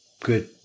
good